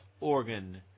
organ